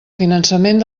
finançament